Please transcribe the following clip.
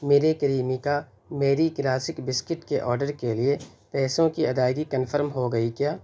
میرے کریمیکا میری کراسک بسکٹ کے آرڈر کے لیے پیسوں کی ادائیگی کنفرم ہو گئی کیا